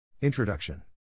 Introduction